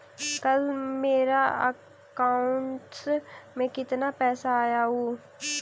कल मेरा अकाउंटस में कितना पैसा आया ऊ?